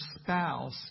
spouse